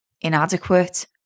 inadequate